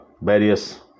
various